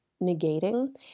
negating